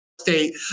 state